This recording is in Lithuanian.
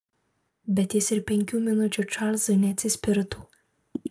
bet jis ir penkių minučių čarlzui neatsispirtų